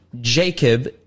Jacob